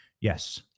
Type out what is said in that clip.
Yes